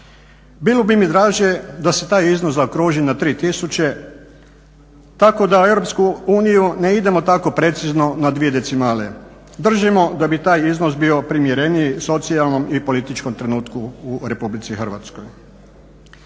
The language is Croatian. Bilo bi mi draže da se taj iznos zaokruži na 3000 tako da u EU ne idemo tako precizno na dvije decimale. Držimo da bi taj iznos bio primjereniji socijalnom i političkom trenutku u RH. Kako